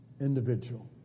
individual